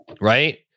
Right